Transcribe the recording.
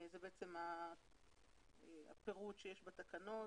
זה בעצם הפירוט שיש בתקנות.